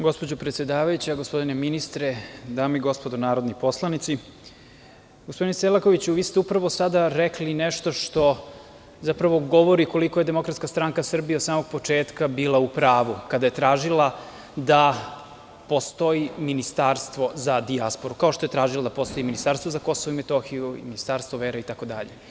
Gospođo predsedavajuća, gospodine ministre, dame i gospodo narodni poslanici, gospodine Selakoviću vi ste upravo sada rekli nešto što zapravo govori koliko je Demokratska stranka Srbije od samog početka bila u pravu, kada je tražila da postoji Ministarstvo za dijasporu, kao što je tražila da postoji Ministarstvo za Kosovo i Metohiju, Ministarstvo vera, itd.